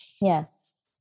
Yes